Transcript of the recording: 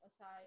aside